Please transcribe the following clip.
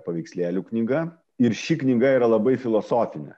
paveikslėlių knyga ir ši knyga yra labai filosofinė